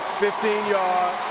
fifteen yard.